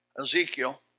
Ezekiel